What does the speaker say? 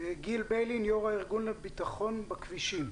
גיל ביילין, יו"ר הארגון לביטחון בכבישים.